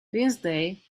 lindsey